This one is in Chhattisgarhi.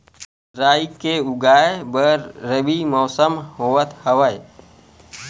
राई के उगाए बर रबी मौसम होवत हवय?